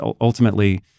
ultimately